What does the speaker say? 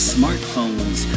Smartphones